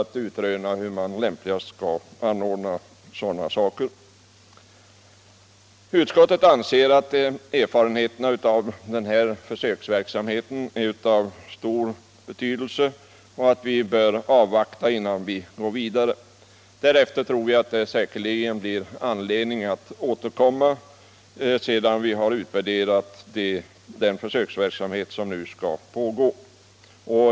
Sedan den pågående försöksverksamheten blivit utvärderad blir det säkerligen anledning att återkomma till denna fråga.